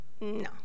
No